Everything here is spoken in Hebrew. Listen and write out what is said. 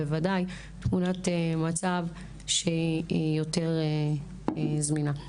בוודאי פעולת מצב שהיא יותר זמינה.